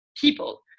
people